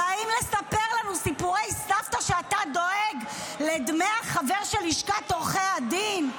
באים לספר לנו סיפורי סבתא שאתה דואג לדמי החבר של לשכת עורכי הדין?